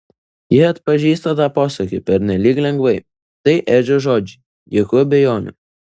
ji atpažįsta tą posakį pernelyg lengvai tai edžio žodžiai jokių abejonių